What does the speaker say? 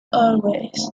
airways